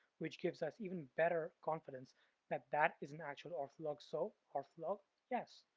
which gives us even better confidence that that is an actual ortholog. so, ortholog? yes.